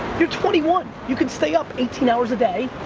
you're twenty one. you can stay up eighteen hours a day.